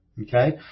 okay